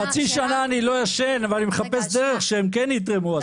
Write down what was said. חצי שנה אני לא ישן ומחפש דרך שהם יתרמו,